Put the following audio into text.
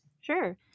Sure